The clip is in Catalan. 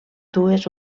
dues